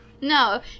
No